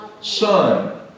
Son